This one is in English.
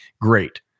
great